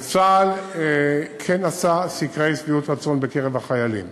וצה"ל כן עשה סקרי שביעות רצון בקרב החיילים.